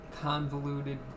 convoluted